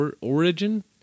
origin